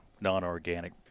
non-organic